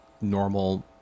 normal